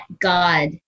God